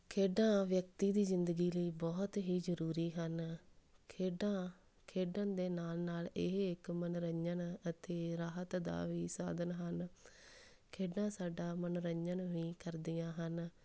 ਖੇਡਾਂ ਵਿਅਕਤੀ ਦੀ ਜ਼ਿੰਦਗੀ ਲਈ ਬਹੁਤ ਹੀ ਜ਼ਰੂਰੀ ਹਨ ਖੇਡਾਂ ਖੇਡਣ ਦੇ ਨਾਲ ਨਾਲ ਇਹ ਇੱਕ ਮਨੋਰੰਜਨ ਅਤੇ ਰਾਹਤ ਦਾ ਵੀ ਸਾਧਨ ਹਨ ਖੇਡਾਂ ਸਾਡਾ ਮਨੋਰੰਜਨ ਵੀ ਕਰਦੀਆਂ ਹਨ